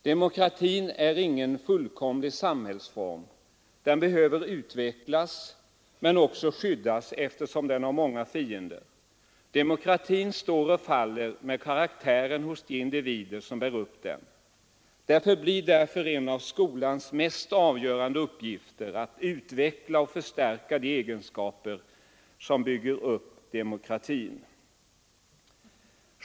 Demokratin är ingen fullkomlig samhällsform; den behöver utvecklas men också skyddas eftersom den har många fiender. Demokratin står och faller med karaktären hos de individer som bär upp den. Det förblir därför en av skolans mest avgörande uppgifter att utveckla och förstärka de egenskaper som bygger upp demokratin.